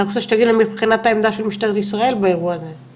אני רוצה שתגיד לנו מבחינת העמדה של משטרת ישראל באירוע הזה.